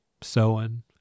sewing